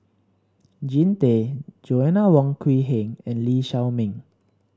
Jean Tay Joanna Wong Quee Heng and Lee Shao Meng